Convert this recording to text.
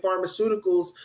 pharmaceuticals